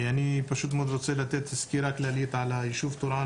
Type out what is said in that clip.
אני פשוט מאוד רוצה לתת סקירה כללית על היישוב טורעאן